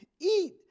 eat